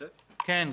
כן.